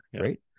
Right